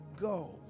go